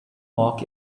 mark